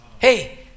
Hey